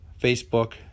Facebook